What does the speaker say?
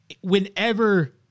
whenever